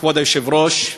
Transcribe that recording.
כבוד היושב-ראש,